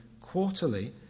Quarterly